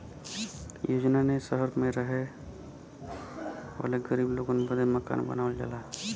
योजना ने सहर मे रहे वाले गरीब लोगन बदे मकान बनावल जाला